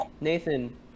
Nathan